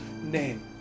name